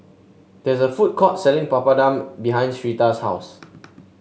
there is a food court selling Papadum behind Syreeta's house